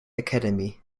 academy